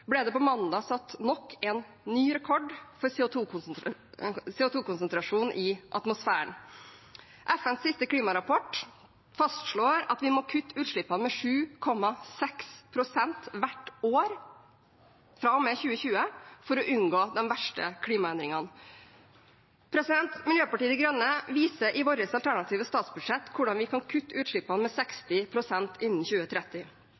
ble det på mandag satt nok en ny rekord for CO2-konsentrasjon i atmosfæren. FNs siste klimarapport fastslår at vi må kutte utslippene med 7,6 pst. hvert år fra og med 2020 for å unngå de verste klimaendringene. Miljøpartiet De Grønne viser i sitt alternative statsbudsjett hvordan vi kan kutte utslippene med 60 pst. innen 2030.